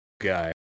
guy